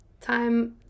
time